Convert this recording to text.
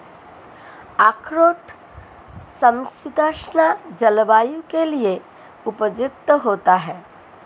अखरोट समशीतोष्ण जलवायु के लिए उपयुक्त होता है